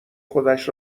خودش